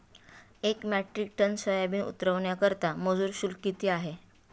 एक metric tonne soybean उतरवण्याकरता मजूर शुल्क किती आहे?